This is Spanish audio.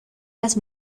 las